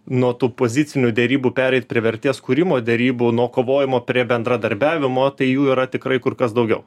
nuo tų pozicinių derybų pereit prie vertės kūrimo derybų nuo kovojimo prie bendradarbiavimo tai jų yra tikrai kur kas daugiau